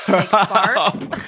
sparks